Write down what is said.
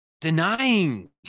denying